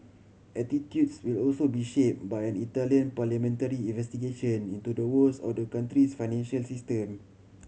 attitudes will also be shape by an Italian parliamentary investigation into the woes of the country's financial system